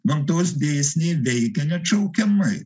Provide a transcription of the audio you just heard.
gamtos dėsniai veikia neatšaukiamai